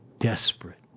Desperate